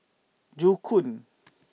Joo Koon